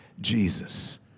Jesus